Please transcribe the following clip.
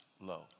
low